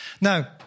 Now